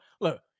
look